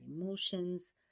emotions